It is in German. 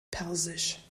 persisch